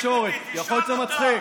אתה היית שר תקשורת מעולה,